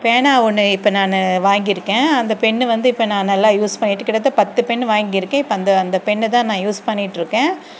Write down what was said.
பேனா ஒன்று இப்போ நான் வாங்கியிருக்கேன் அந்த பென்னு வந்து இப்போ நான் நல்லா யூஸ் பண்ணிகிட்டு கிட்டத்தட்ட பத்து பென் வாங்கியிருக்கேன் இப்போ அந்த அந்த பென்னை தான் நான் யூஸ் பண்ணிகிட்டு இருக்கேன்